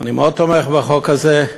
אני מאוד תומך בחוק הזה,